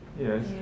Yes